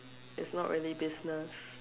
is not really business